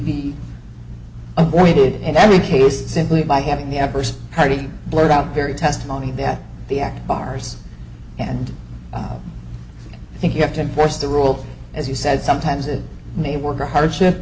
be avoided in every case simply by having the adverse party blurt out very testimony that the act bars and i think you have to enforce the rule as you said sometimes it may work a hardship